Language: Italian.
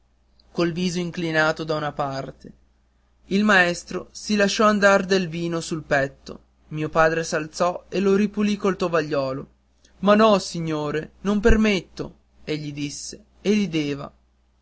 col viso inclinato da una parte il maestro si lasciò andar del vino sul petto mio padre s'alzò e lo ripulì col tovagliolo ma no signore non permetto egli disse e rideva